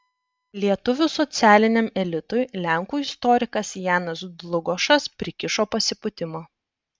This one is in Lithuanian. lietuvių socialiniam elitui lenkų istorikas janas dlugošas prikišo pasipūtimą